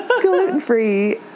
Gluten-free